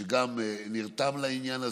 שנרתם לעניין הזה.